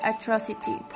atrocity